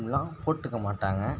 அப்படிலாம் போட்டுக்க மாட்டாங்கள்